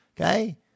Okay